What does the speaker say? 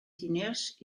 diners